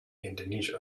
indonesia